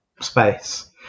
space